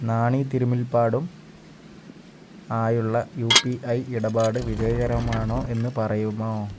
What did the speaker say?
നാണി തിരുമുൽപ്പാടും ആയുള്ള U P I ഇടപാട് വിജയകരമാണോ എന്നു പറയുമോ